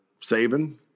Saban